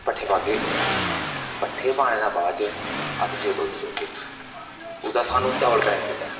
पट्ठे पागे पट्ठे पाने दे बाद च अस जे दुद्ध चोगे ओह्दा सानूं डबल बैनीफिट ऐ